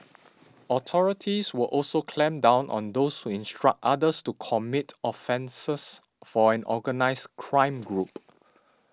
authorities would also clamp down on those who instruct others to commit offences for an organised crime group